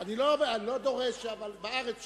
אני לא דורש, אבל בארץ שיהיו.